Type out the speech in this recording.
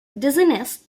dizziness